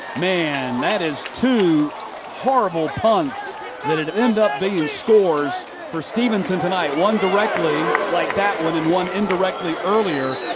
man, that is two horrible punts that and end up being scores for stephenson tonight. one directly, like that, one and one indirectly earlier.